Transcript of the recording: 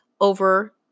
over